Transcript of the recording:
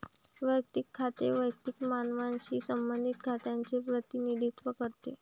वैयक्तिक खाते वैयक्तिक मानवांशी संबंधित खात्यांचे प्रतिनिधित्व करते